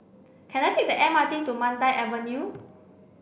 can I take the M R T to Mandai Avenue